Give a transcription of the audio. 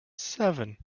seven